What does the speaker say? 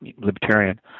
Libertarian